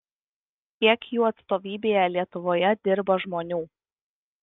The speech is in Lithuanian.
kiek jų atstovybėje lietuvoje dirba žmonių